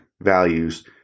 values